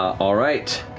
all right,